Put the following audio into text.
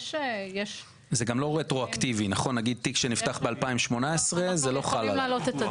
מפורשת לגבי משך טיפול בתיקים ובעצם אנחנו יוצרים כאן עוד סמכות